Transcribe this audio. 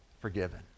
forgiven